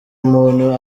umuntu